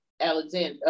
alexander